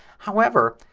however,